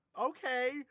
Okay